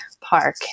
Park